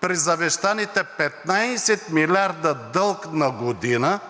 при завещаните 15 млрд. лв. дълг на година